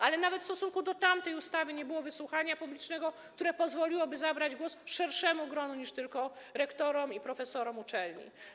Ale nawet w stosunku do tamtej ustawy nie było wysłuchania publicznego, które pozwoliłoby zabrać głos szerszemu gronu niż tylko grono rektorów i profesorów uczelni.